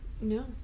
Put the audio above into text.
No